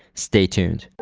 stay tuned.